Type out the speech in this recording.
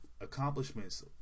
accomplishments